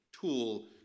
tool